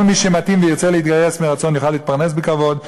כל מי שמתאים וירצה להתגייס מרצון יוכל להתפרנס בכבוד,